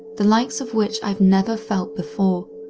the likes of which i had never felt before.